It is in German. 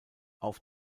auf